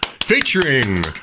featuring